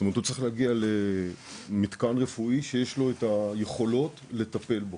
הוא צריך להגיע למתקן רפואי שיש לו את היכולות לטפל בו.